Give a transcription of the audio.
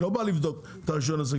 המשטרה לא באה לבדק רישיון עסק,